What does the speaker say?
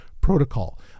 protocol